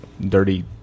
dirty